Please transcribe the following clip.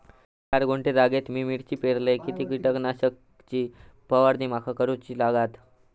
चार गुंठे जागेत मी मिरची पेरलय किती कीटक नाशक ची फवारणी माका करूची लागात?